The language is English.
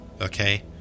okay